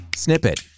Snippet